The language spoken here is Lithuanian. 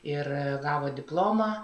ir gavo diplomą